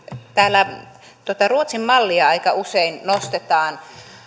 täällä tuota ruotsin mallia aika usein nostetaan